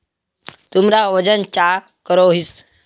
तुमरा वजन चाँ करोहिस?